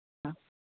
हा